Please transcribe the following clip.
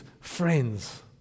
friends